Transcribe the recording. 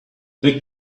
they